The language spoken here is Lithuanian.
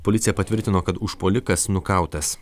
policija patvirtino kad užpuolikas nukautas